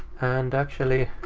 and, actually,